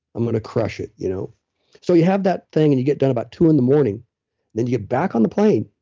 i'm going to crush it. you know so, you have that thing and you get done about two in the morning, and then you back on the plane,